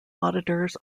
auditors